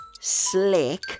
slick